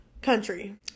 Country